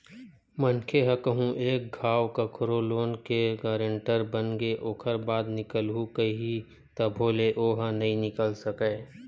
मनखे ह कहूँ एक घांव कखरो लोन के गारेंटर बनगे ओखर बाद निकलहूँ कइही तभो ले ओहा नइ निकल सकय